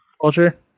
Culture